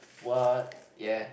what ya